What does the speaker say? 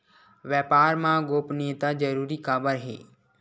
व्यापार मा गोपनीयता जरूरी काबर हे?